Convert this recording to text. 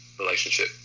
relationship